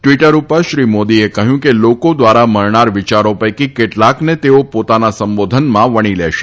Twitter પર શ્રી મોદીએ કહ્યું છે કે લોકો દ્વારા મળાનાર વિયારો પૈકી કેટલાકને તેઓ પોતાના સંબોધનમાં વણી લેશે